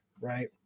right